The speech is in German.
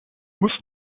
muss